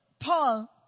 Paul